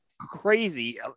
crazy